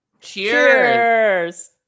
Cheers